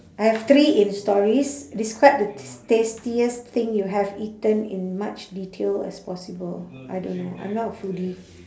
I have three in stories describe the ts~ tastiest thing you have eaten in much detail as possible I don't know I'm not a foodie